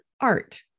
art